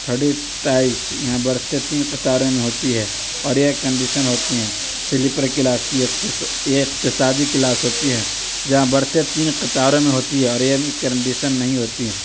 تھڈ tier یہاں برتھیں تین قطاروں میں ہوتی ہے اور ایئر کنڈیشن ہوتی ہیں سلیپر کلاس یہ اقتصادی کلاس ہوتی ہیں جہاں برتھیں تین قطاروں میں ہوتی ہے اور ایئر کنڈیشن نہیں ہوتی ہے